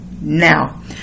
now